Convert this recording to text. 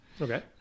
Okay